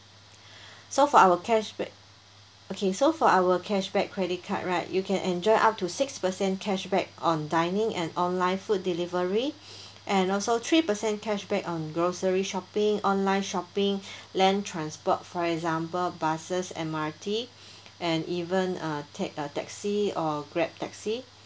so our cash back okay so for our cash back credit card right you can enjoy up to six percent cash back on dining and online food delivery and also three percent cash back on grocery shopping online shopping land transport for example buses M_R_T and even uh take a taxi or Grab taxi